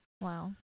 Wow